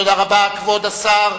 תודה רבה לכבוד השר.